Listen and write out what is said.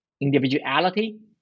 individuality